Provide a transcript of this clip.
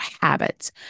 habits